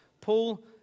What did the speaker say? Paul